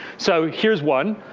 so here's one.